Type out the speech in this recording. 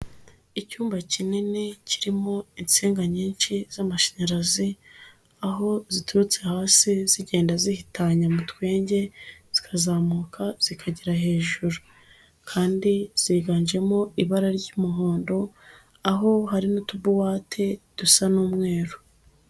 Icyumba kinini kirimo insinga nyinshi z'amashanyarazi, aho ziturutse hasi zigenda zihitanya mutwenge, zikazamuka zikagira hejuru, kandi ziganjemo ibara ry'umuhondo, aho harimo utubuwate dusa n'umweru.